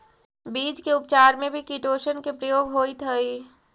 बीज के उपचार में भी किटोशन के प्रयोग होइत हई